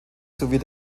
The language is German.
sowie